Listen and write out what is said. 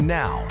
now